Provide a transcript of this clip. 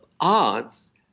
arts